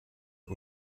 und